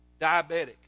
Diabetic